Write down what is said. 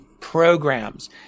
programs